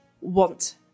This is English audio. want